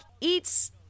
eats